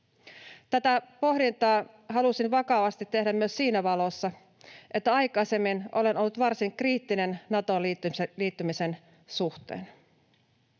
Tätä pohdintaa halusin vakavasti tehdä myös siinä valossa, että aikaisemmin olen ollut varsin kriittinen Natoon liittymisen suhteen.